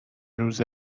روز